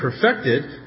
perfected